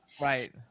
Right